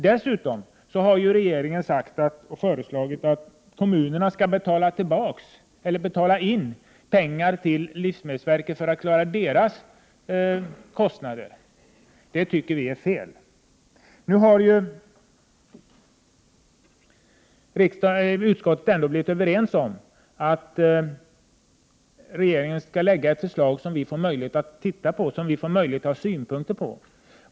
Dessutom har regeringen föreslagit att kommunerna skall betala in pengar till livsmedelsverket för att på det sättet bidra till att täcka verkets kostnader. Men det tycker vi är fel. Vii utskottet har enats om att hemställa hos regeringen om ett förslag som vi får möjlighet att framföra synpunkter på.